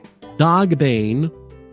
dogbane